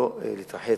לא להתרחץ,